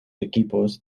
equipos